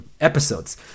episodes